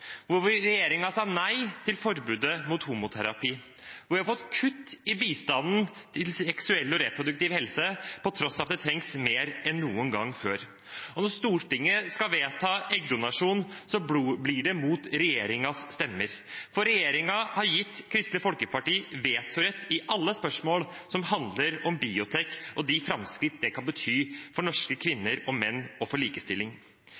sa nei til et forbud mot homoterapi. Det har vært kutt i bistanden til seksuell og reproduktiv helse, på tross av at den trengs mer enn noen gang før. Og når Stortinget skal vedta å tillate eggdonasjon, blir det mot regjeringens stemmer, for regjeringen har gitt Kristelig Folkeparti vetorett i alle spørsmål som handler om bioteknologi og de framskritt det kan bety for norske